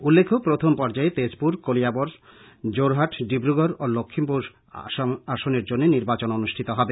উল্লেখ্য প্রথম পর্যায়ে তেজপুর কলিয়াবর যোরহাট ডিব্রগড় ও লক্ষীমপুর আসনের জন্য নির্বাচন অনুষ্ঠিত হবে